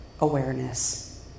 awareness